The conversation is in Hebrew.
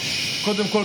קודם כול,